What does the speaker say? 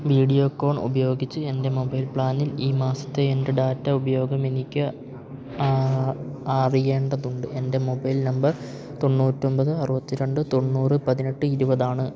Videocon ഉപയോഗിച്ച് എൻ്റെ mobile പ്ലാനിൽ ഈ മാസത്തെ എൻ്റെ ഡാറ്റ ഉപയോഗമെനിക്ക് അറിയേണ്ടതുണ്ട് എൻ്റെ മൊബൈൽ നമ്പർ തൊണ്ണൂറ്റൊമ്പത് അറുപത്തിരണ്ട് തൊണ്ണൂറ് പതിനെട്ട് ഇരുപതാണ്